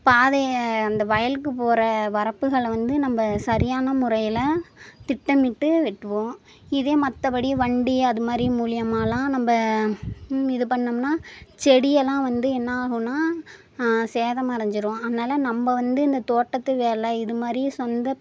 பாதையை அந்த வயலுக்கு போகிற வரப்புகளை வந்து நம்ம சரியான முறையில் திட்டமிட்டு வெட்டுவோம் இதே மற்றபடி வண்டி அதுமாதிரி மூலிமாலாம் நம்ம இது பண்ணிம்ன்னா செடியெல்லாம் வந்து என்ன ஆகுதுன்னா சேதமடஞ்சிரும் அதனால நம்ம வந்து இந்த தோட்டத்து வேலை இது மாதிரி சொந்த